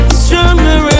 stronger